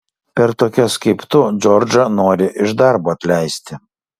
per tokias kaip tu džordžą nori iš darbo atleisti